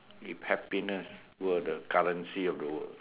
if happiness were the currency of the world